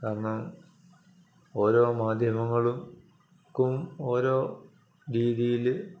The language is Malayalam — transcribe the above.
കാരണം ഓരോ മാധ്യമങ്ങൾക്കും ഓരോ രീതിയിൽ